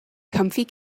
comfy